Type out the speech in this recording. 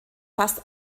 fast